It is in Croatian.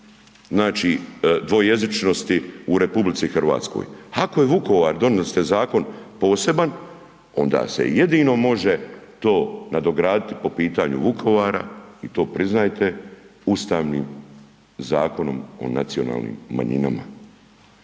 prizmu dvojezičnosti u RH. ako je Vukovar donijeli ste zakon poseban, onda se jedino može to nadograditi po pitanju Vukovara i to priznajte Ustavnim zakonom o nacionalnim manjinama,